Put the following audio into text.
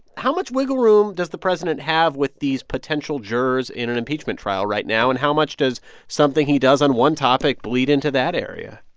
how much wiggle room does the president have with these potential jurors in an impeachment trial right now? and how much does something he does on one topic bleed into that area?